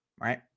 right